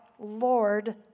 Lord